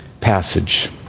passage